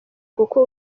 kuko